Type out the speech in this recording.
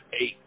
eight